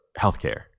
healthcare